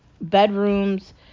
bedrooms